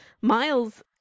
Miles